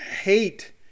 hate